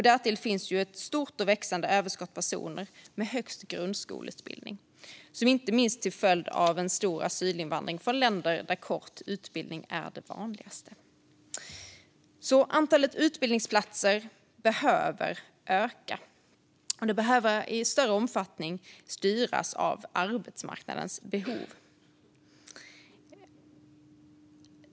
Därtill finns ett stort och växande överskott på personer med högst grundskoleutbildning, inte minst till följd av en stor asylinvandring från länder där kort utbildning är det vanligaste. Antalet utbildningsplatser behöver alltså öka, och detta behöver i större omfattning styras av arbetsmarknadens behov.